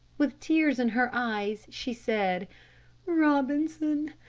with tears in her eyes, she said robinson,